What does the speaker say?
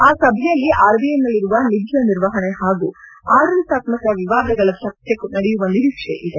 ಆ ಸಭೆಯಲ್ಲಿ ಆರ್ಬಿಐನಲ್ಲಿರುವ ನಿಧಿಯ ನಿರ್ವಹಣೆ ಹಾಗೂ ಆಡಳಿತಾತ್ಕಕ ವಿವಾದಗಳ ಚರ್ಚೆ ನಡೆಯುವ ನಿರೀಕ್ಷೆ ಇದೆ